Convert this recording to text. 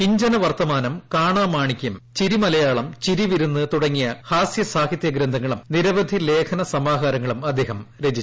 കിഞ്ചന വർത്തമാനം കാണാ മാണികൃം ചിരിമലിയാളം ചിരിവിരുന്ന് തുടങ്ങിയ ഹാസ്യ സാഹിത്യ ഗ്രന്ഥങ്ങളും നിരവിധി ലേഖന സമാഹാരങ്ങളും അദ്ദേഹം രചിച്ചു